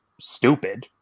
stupid